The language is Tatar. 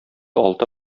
алты